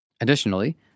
Additionally